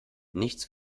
nichts